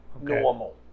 normal